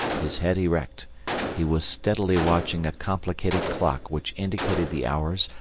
his head erect he was steadily watching a complicated clock which indicated the hours,